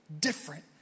different